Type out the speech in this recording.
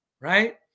right